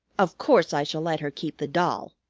of course i shall let her keep the doll.